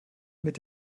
mit